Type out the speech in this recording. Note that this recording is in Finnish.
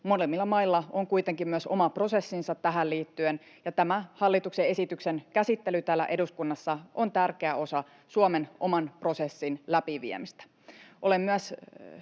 Molemmilla mailla on kuitenkin myös oma prosessinsa tähän liittyen, ja tämä hallituksen esityksen käsittely täällä eduskunnassa on tärkeä osa Suomen oman prosessin läpiviemistä.